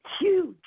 huge